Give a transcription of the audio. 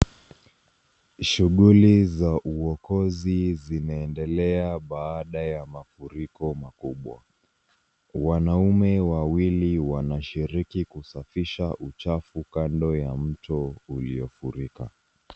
Shughuli za uokozi zinaendelea baada ya mafuriko makubwa. Wanaume wawili wanashiriki kusafisha uchafu kando ya mto uliofurika.